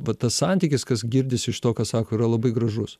va tas santykis kas girdisi iš to ką sako yra labai gražus